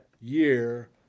year